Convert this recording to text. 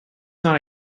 not